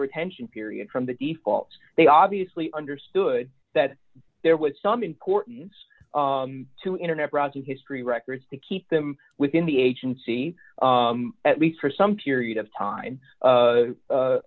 retention period from the default they obviously understood that there was some importance to internet browsing history records to keep them within the agency at least for some period of time